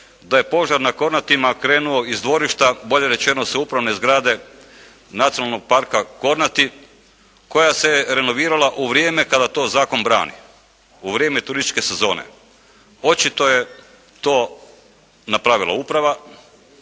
da je požar na Kornatima krenuo iz dvorišta, bolje rečeno sa upravne zgrade Nacionalnog parka "Kornati" koja se renovirala u vrijeme kada to zakon brani, u vrijeme turističke sezone. Očito je to napravila uprava.